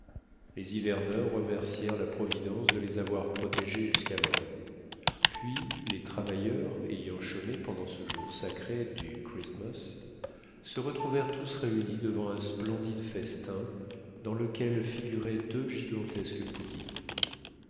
les hiverneurs remercièrent la providence de les avoir protégés jusqu'alors puis les travailleurs ayant chômé pendant ce jour sacré du christmas se retrouvèrent tous réunis devant un splendide festin dans lequel figurait deux gigantesques puddings